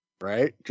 Right